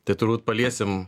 tai turbūt paliesim